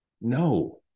no